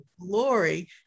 glory